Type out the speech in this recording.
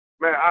Man